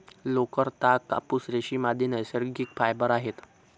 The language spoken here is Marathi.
लोकर, ताग, कापूस, रेशीम, आदि नैसर्गिक फायबर आहेत